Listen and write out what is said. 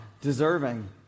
deserving